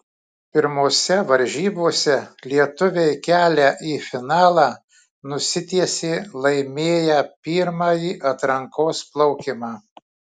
pirmose varžybose lietuviai kelią į finalą nusitiesė laimėję pirmąjį atrankos plaukimą